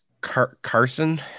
Carson